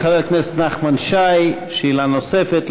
חבר הכנסת נחמן שי, שאלה נוספת.